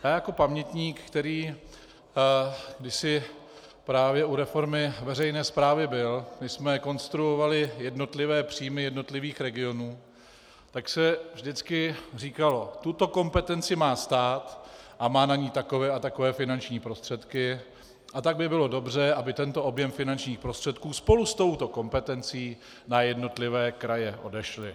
Já jako pamětník, který kdysi právě u reformy veřejné správy byl, když jsme konstruovali jednotlivé příjmy jednotlivých regionů, tak se vždycky říkalo: tuto kompetenci má stát a má na ni takové a takové finanční prostředky, a tak by bylo dobře, aby tento objem finančních prostředků spolu s touto kompetencí na jednotlivé kraje odešly.